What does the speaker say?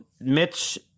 Mitch